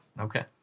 Okay